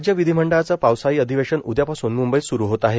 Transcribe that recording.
राज्य विधीमंडळाचं पावसाळी अधिवेशन उद्यापासून म्ंबईत सुरू होत आहे